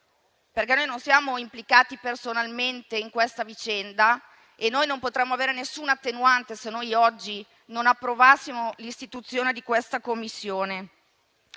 Noi non siamo implicati personalmente in questa vicenda e non potremmo avere alcuna attenuante se oggi non approvassimo l'istituzione di questa Commissione.